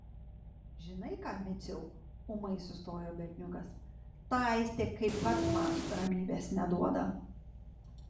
žinai ką miciau ūmai sustojo berniukas ta aistė kaip pat man ramybės neduoda